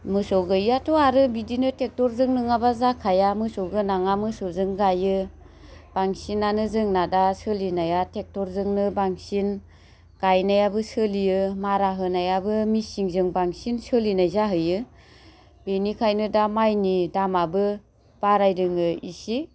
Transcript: मोसौ गैयैआथ' आरो बिदिनो टेक्ट'रजों नङाबा जाखाया मोसौ गोनाङा मोसौजों गाइयो बांसिनानो जोंना दा सोलिनाया टेक्ट'रजोंनो बांसिन गाइनायाबो सोलियो मारा होनायाबो मेसिंजों बांसिन सोलिनाय जाहैयो बेनिखायनो दा माइनि दामाबो बारायदोंनो इसि